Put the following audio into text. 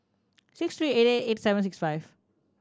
six three eight eight eight seven six five